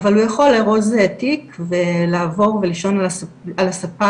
אבל הוא יכול לארוז תיק ולעבור ולישון על הספה